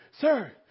Sir